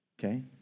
okay